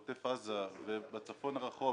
עוטף עזה ובצפון הרחוק,